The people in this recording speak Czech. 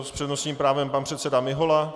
S přednostním právem pan předseda Mihola.